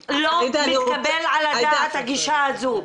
אני רוצה --- זה לא מתקבל על הדעת הגישה הזו.